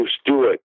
Stewart